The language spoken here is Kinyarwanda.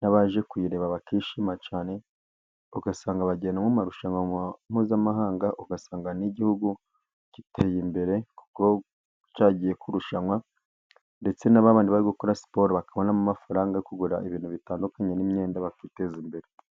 n'abaje kuyireba bakishima cyane, ugasanga bagenda mu marushanwa mpuzamahanga ugasanga n'igihugu giteye imbere kuko cyagiye kurushanwa, ndetse n'abandi bari gukora siporo bakabonamo amafaranga yo kugura ibintu bitandukanye nk'imyenda bakiteza imbere.